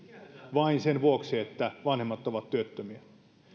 vain sen vuoksi että vanhemmat ovat työttömiä